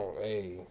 Hey